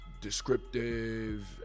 descriptive